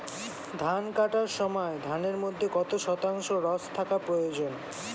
ধান কাটার সময় ধানের মধ্যে কত শতাংশ রস থাকা প্রয়োজন?